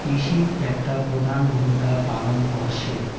কৃষিত একটা প্রধান ভূমিকা পালন করসে